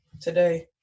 today